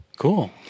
Cool